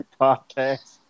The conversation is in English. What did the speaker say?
Podcast